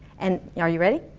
and, yeah are you ready?